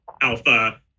alpha